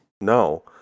No